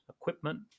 equipment